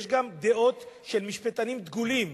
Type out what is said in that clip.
יש גם דעות של משפטנים דגולים,